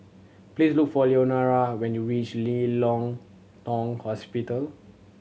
please look for Leonora when you reach Ling Hong Tong